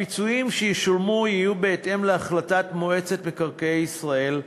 הפיצויים שישולמו יהיו בהתאם להחלטת מועצת מקרקעי ישראל,